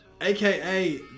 aka